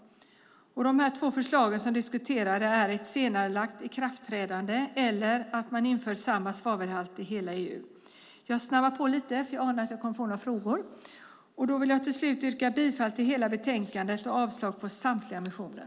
De två förslag som diskuteras är ett senarelagt ikraftträdande eller införande av samma svavelhalt i hela EU. Jag snabbar på lite, för jag anar att jag kommer att få några frågor, och vill till slut yrka bifall till utskottets förslag till beslut och avslag på samtliga reservationer.